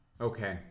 Okay